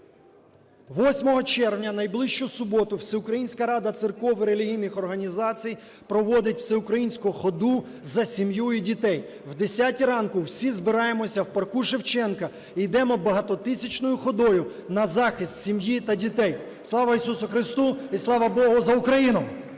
червня, в найближчу суботу, Всеукраїнська рада церков і релігійних організацій проводить всеукраїнську ходу за сім'ю і дітей. О 10 ранку всі збираємося в парку Шевченка і йдемо багатотисячною ходою на захист сім'ї та дітей. Слава Ісусу Христу! І слава Богу за Україну!